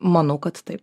manau kad taip